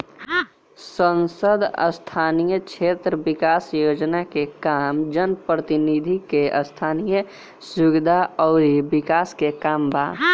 सांसद स्थानीय क्षेत्र विकास योजना के काम जनप्रतिनिधि के स्थनीय सुविधा अउर विकास के काम बा